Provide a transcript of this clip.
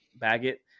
Baggett